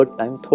time